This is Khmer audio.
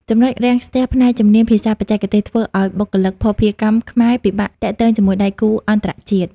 ចំណុចរាំងស្ទះផ្នែក "ជំនាញភាសាបច្ចេកទេស" ធ្វើឱ្យបុគ្គលិកភស្តុភារកម្មខ្មែរពិបាកទាក់ទងជាមួយដៃគូអន្តរជាតិ។